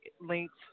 links